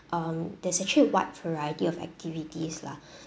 um there's actually a wide variety of activities lah